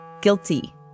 Guilty